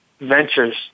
ventures